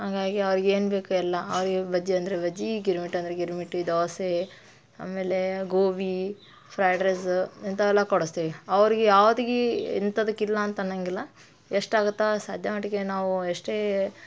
ಹಾಗಾಗಿ ಅವ್ರ್ಗೇನು ಬೇಕು ಎಲ್ಲ ಅವ್ರಿಗೆ ಬಜ್ಜಿ ಅಂದರೆ ಬಜ್ಜಿ ಗಿರ್ಮಿಟ್ ಅಂದರೆ ಗಿರ್ಮಿಟ್ ಈ ದೋಸೆ ಆಮೇಲೆ ಗೋಭಿ ಫ್ರೈಡ್ ರೈಸು ಇಂಥವೆಲ್ಲ ಕೊಡಿಸ್ತೀವಿ ಅವ್ರ್ಗೆ ಯಾವ್ದೂ ಗೀ ಇಂಥದಕ್ಕೆ ಇಲ್ಲ ಅಂತ ಅನ್ನೋಂಗಿಲ್ಲ ಎಷ್ಟು ಆಗುತ್ತೋ ಆ ಸಾಧ್ಯ ಮಟ್ಟಿಗೆ ನಾವು ಎಷ್ಟೇ